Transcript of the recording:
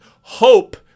hope